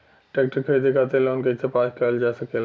Tractor खरीदे खातीर loan कइसे पास करल जा सकेला?